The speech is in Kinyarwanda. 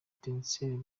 etincelles